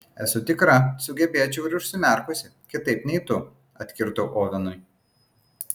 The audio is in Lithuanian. esu tikra sugebėčiau ir užsimerkusi kitaip nei tu atkirtau ovenui